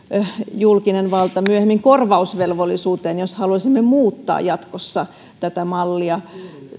julkinen valta joutuu myöhemmin korvausvelvollisuuteen jos haluaisimme muuttaa jatkossa tätä mallia